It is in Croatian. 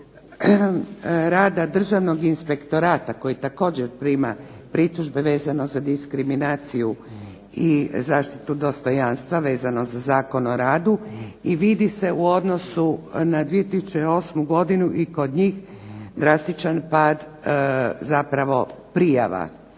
rada državnog inspektorata, koji također prima pritužbe vezano za diskriminaciju i zaštitu dostojanstva, vezano za Zakon o radu, i vidi se u odnosu na 2008. godinu i kod njih drastičan pad zapravo prijava.